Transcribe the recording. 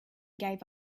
gave